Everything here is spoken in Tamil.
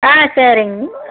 ஆ சரிங்க